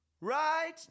Right